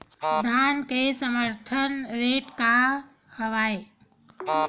धान के समर्थन रेट का हवाय?